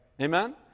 Amen